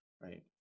right